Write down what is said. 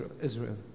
Israel